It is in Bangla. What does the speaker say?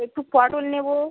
একটু পটল নেবো